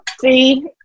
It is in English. See